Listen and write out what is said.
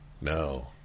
no